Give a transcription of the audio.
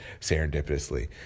serendipitously